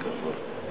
מכובדי